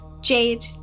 Jade